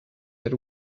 that